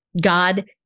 God